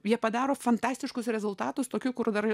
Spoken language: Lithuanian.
jie padaro fantastiškus rezultatus tokių kur dar